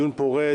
דיון פורה,